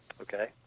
Okay